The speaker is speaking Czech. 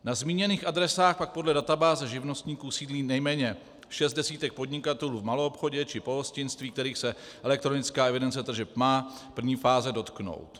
Na zmíněných adresách pak podle databáze živnostníků sídlí nejméně šest desítek podnikatelů v maloobchodě či pohostinství, kterých se elektronická evidence tržeb má v první fázi dotknout.